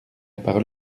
parole